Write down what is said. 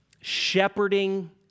shepherding